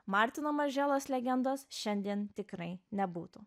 martino marželos legendos šiandien tikrai nebūtų